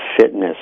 fitness